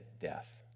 death